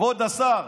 כבוד השר,